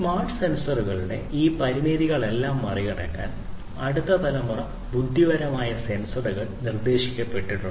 smart സെൻസറുകളുടെ ഈ വ്യത്യസ്ത പരിമിതികളെല്ലാം മറികടക്കാൻ അടുത്ത തലമുറ ബുദ്ധിപരമായ സെൻസറുകൾ നിർദ്ദേശിക്കപ്പെട്ടിട്ടുണ്ട്